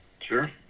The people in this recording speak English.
Sure